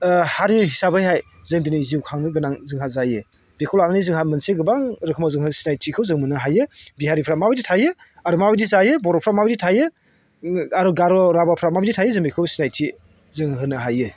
हारि हिसाबैहाय जों दिनै जिउ खांनो गोनां जोंहा जायो बेखौ लानानै जोंहा मोनसे गोबां रोखोमाव जोंहा सिनायथिखौ जों मोननो हायो बिहारिफ्रा माबायदि थायो आरो माबायदि जायो बर'फ्रा माबायदि थायो आरो गार' राभाफ्रा माबायदि थायो जों बेखौ सिनायथि जोङो होनो हायो